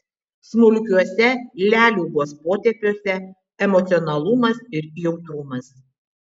smulkiuose leliugos potėpiuose emocionalumas ir jautrumas